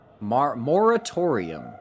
Moratorium